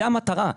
זו המטרה.